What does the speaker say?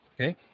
Okay